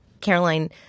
Caroline